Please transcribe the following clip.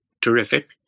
terrific